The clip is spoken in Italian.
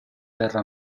terra